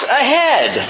ahead